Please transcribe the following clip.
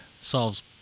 solves